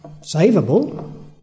savable